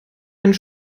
einen